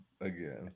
again